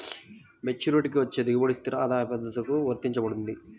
మెచ్యూరిటీకి వచ్చే దిగుబడి స్థిర ఆదాయ భద్రతకు వర్తించబడుతుంది